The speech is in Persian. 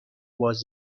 باز